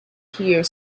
here